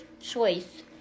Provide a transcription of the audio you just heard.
choice